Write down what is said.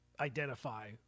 identify